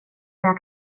jag